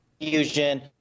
Fusion